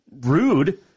rude